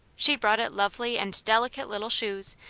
she brought it lovely and delicate little shoes,